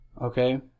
okay